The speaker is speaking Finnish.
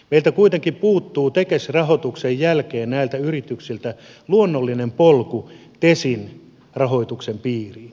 meiltä kuitenkin puuttuu tekes rahoituksen jälkeen näiltä yrityksiltä luonnollinen polku tesin rahoituksen piiriin